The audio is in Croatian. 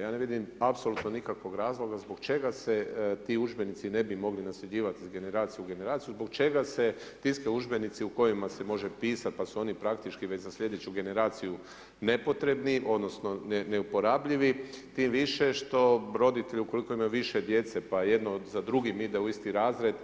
Ja ne vidim apsolutno nikakvog razloga zbog čega se ti udžbenici ne bi mogli nasljeđivati iz generacije u generaciju zbog čega se tiskaju udžbenici u kojima se može pisat pa su oni praktički već za sljedeću generaciju nepotrebni, odnosno neuporabljivi, tim više što roditelji ukoliko imaju više djece pa jedno za drugim ide u isti razred